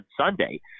Sunday